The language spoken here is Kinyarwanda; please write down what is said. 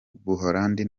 buholandi